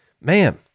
man